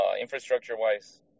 infrastructure-wise